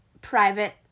private